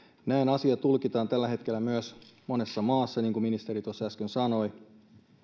näin asia tulkitaan tällä hetkellä myös monessa massa niin kuin ministeri tuossa äsken sanoi